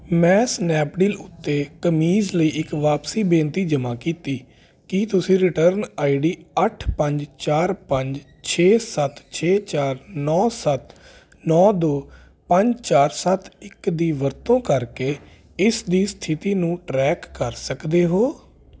ਮੈਂ ਸਨੈਪਡੀਲ ਉੱਤੇ ਕਮੀਜ਼ ਲਈ ਇੱਕ ਵਾਪਸੀ ਬੇਨਤੀ ਜਮ੍ਹਾਂ ਕੀਤੀ ਕੀ ਤੁਸੀਂ ਰਿਟਰਨ ਆਈਡੀ ਅੱਠ ਪੰਜ ਚਾਰ ਪੰਜ ਛੇ ਸੱਤ ਛੇ ਚਾਰ ਨੌਂ ਸੱਤ ਨੌਂ ਦੋ ਪੰਜ ਚਾਰ ਸੱਤ ਇੱਕ ਦੀ ਵਰਤੋਂ ਕਰਕੇ ਇਸ ਦੀ ਸਥਿਤੀ ਨੂੰ ਟਰੈਕ ਕਰ ਸਕਦੇ ਹੋ